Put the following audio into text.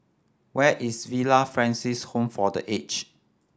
where is Villa Francis Home for The Age